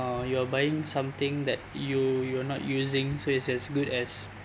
uh you are buying something that you you are not using so it's as good as